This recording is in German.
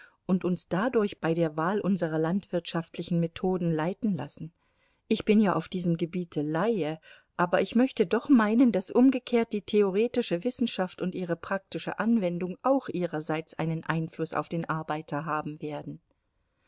und uns dadurch bei der wahl unserer landwirtschaftlichen methoden leiten lassen ich bin ja auf diesem gebiete laie aber ich möchte doch meinen daß umgekehrt die theoretische wissenschaft und ihre praktische anwendung auch ihrerseits einen einfluß auf den arbeiter haben werden